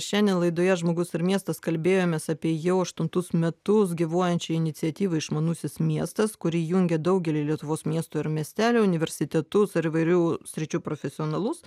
šiandien laidoje žmogus ir miestas kalbėjomės apie jau aštuntus metus gyvuojančią iniciatyvą išmanusis miestas kuri jungia daugelį lietuvos miestų ir miestelių universitetus ir įvairių sričių profesionalus